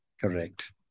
Correct